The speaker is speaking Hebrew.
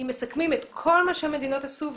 אם מסכמים את כל מה שהמדינות עשו,